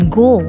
go